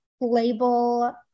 label